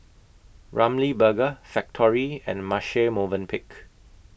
Ramly Burger Factorie and Marche Movenpick